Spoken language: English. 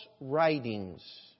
writings